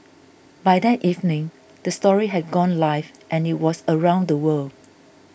by that evening the story had gone live and it was around the world